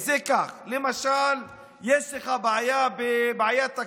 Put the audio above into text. זה כך: למשל, יש לך בעיית תקציב,